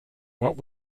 what